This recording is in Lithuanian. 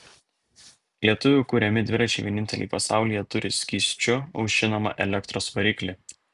lietuvių kuriami dviračiai vieninteliai pasaulyje turi skysčiu aušinamą elektros variklį